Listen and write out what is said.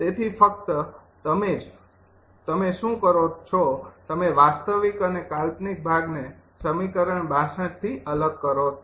તેથી ફક્ત તમે જ તમે શું કરો છો તમે વાસ્તવિક અને કાલ્પનિક ભાગને સમીકરણ ૬૨ થી અલગ કરો તો